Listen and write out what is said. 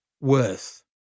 worth